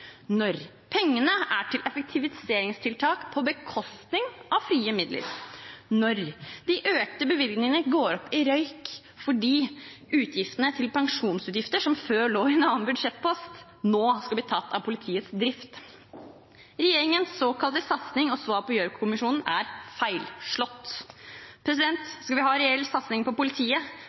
pengene går til effektiviseringstiltak på bekostning av frie midler de økte bevilgningene går opp i røyk fordi utgiftene til pensjon, som før lå i en annen budsjettpost, nå skal bli tatt av politiets drift Regjeringens såkalte satsing og svar på Gjørv-kommisjonens rapport er feilslått. Skal vi ha en reell satsing på politiet,